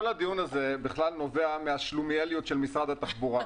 כל הדיון הזה נובע מהשלומיאליות של משרד התחבורה,